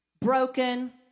broken